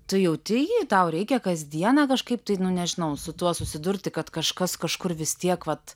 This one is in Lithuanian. tu jauti jį tau reikia kasdieną kažkaip tai nu nežinau su tuo susidurti kad kažkas kažkur vis tiek vat